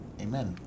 Amen